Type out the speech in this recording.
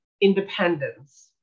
independence